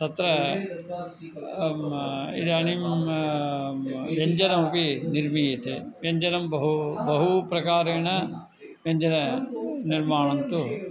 तत्र इदानीं व्यञ्जनमपि निर्मीयते व्यञ्जनं बहु बहूप्रकारेण व्यञ्जननिर्माणं तु